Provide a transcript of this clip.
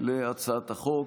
להצעת החוק.